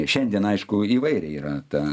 šiandien aišku įvairiai yra ta